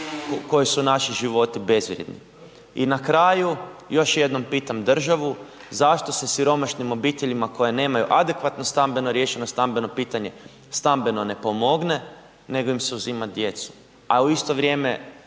koji su naši životi bezvrijedni. I na kraju još jednom pitam državu, zašto se siromašnim obiteljima koja nemaju adekvatno stambeno, riješeno stambeno pitanje, stambeno ne pomogne, nego im se uzima djecu? A u isto vrijeme